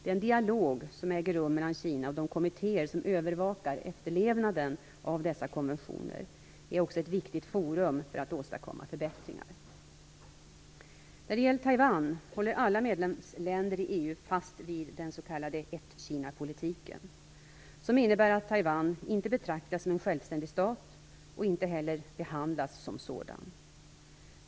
Den dialog som äger rum mellan Kina och de kommittéer som övervakar efterlevnaden av dessa konventioner är också ett viktigt forum för att åstadkomma förbättringar. När det gäller Taiwan håller alla medlemsländer i EU fast vid den s.k. ett-Kina-politiken, som innebär att Taiwan inte betraktas som en självständig stat och inte heller behandlas som sådan.